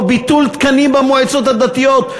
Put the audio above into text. או ביטול תקנים במועצות הדתיות.